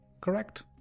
correct